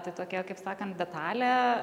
tai tokia kaip sakant detalė